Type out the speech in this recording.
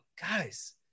guys